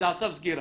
זה על צו סגירה.